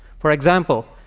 for example,